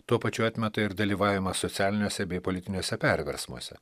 tuo pačiu atmeta ir dalyvavimą socialiniuose bei politiniuose perversmuose